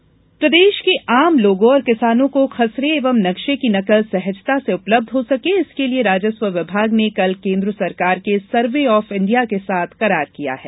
खसरे नक्शे नकल प्रदेश के आम लोगों और किसानों को खसरे एवं नक्शे की नकल सहजता से उपलब्ध हो सके इसके लिये राजस्व विभाग ने कल केन्द्र सरकार के सर्वे ऑफ इंडिया के साथ करार किया है